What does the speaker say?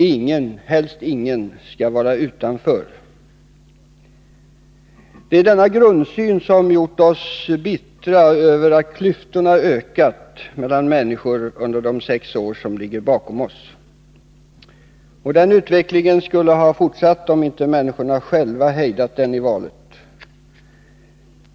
Helst skall ingen vara utanför. Det är denna grundsyn som gjort oss bittra över att klyftorna mellan människor har ökat under de sex år som ligger bakom oss. Den utvecklingen skulle ha fortsatt, om inte människorna själva hejdat den i valet.